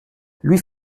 lui